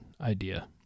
idea